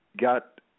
got